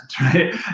right